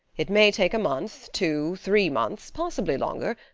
it may take a month, two, three months possibly longer,